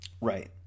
Right